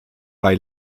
bei